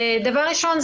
דבר ראשון,